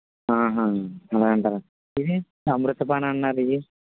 ఆహా అలా అంటారా ఇవి అమృతపాణి అన్నారు ఇవి